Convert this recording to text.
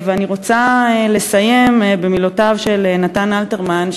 אני רוצה לסיים במילותיו של נתן אלתרמן,